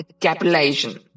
capitalization